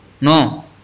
No